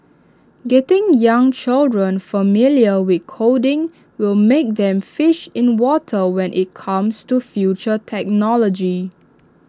getting young children familiar with coding will make them fish in water when IT comes to future technology